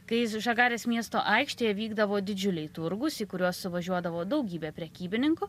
kai žagarės miesto aikštėje vykdavo didžiuliai turgūs į kuriuos suvažiuodavo daugybė prekybininkų